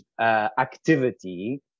activity